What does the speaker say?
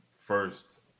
first